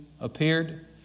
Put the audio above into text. appeared